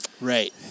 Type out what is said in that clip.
Right